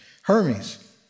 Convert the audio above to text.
Hermes